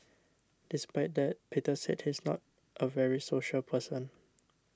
despite that Peter said he's not a very social person